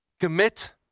commit